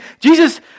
Jesus